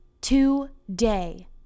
Today